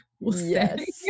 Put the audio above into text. Yes